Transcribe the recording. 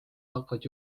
hakkavad